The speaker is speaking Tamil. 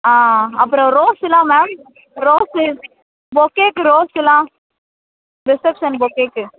ஆ அப்புறோம் ரோஸ்ஸுலாம் மேம் ரோஸ்ஸு பொக்கேக்கு ரோஸ்ஸுலாம் ரிசப்ஷன் பொக்கேக்கு